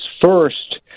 first